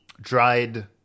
dried